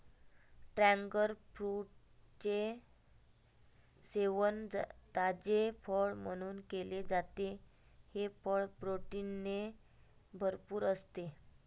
dragon फ्रूटचे सेवन ताजे फळ म्हणून केले जाते, हे फळ प्रोटीनने भरपूर असते